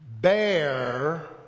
bear